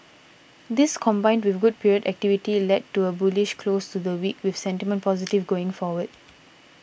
this combined with good period activity led to a bullish close to the week with sentiment positive going forward